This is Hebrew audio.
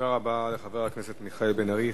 תודה רבה לחבר הכנסת מיכאל בן-ארי.